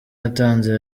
yatanze